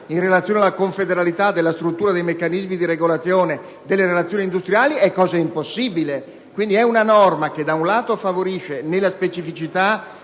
in relazione alla confederalità della struttura dei meccanismi di regolazione delle relazioni industriali è cosa impossibile. Quindi, è una norma che favorisce, nella specificità